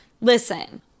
Listen